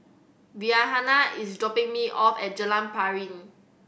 Rhianna is dropping me off at Jalan Piring